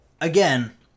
again